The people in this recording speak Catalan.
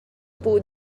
pogut